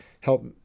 help